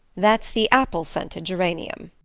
that's the apple-scented geranium.